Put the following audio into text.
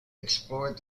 explored